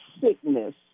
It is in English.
sickness